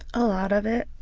a lot of it.